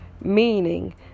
meaning